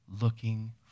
looking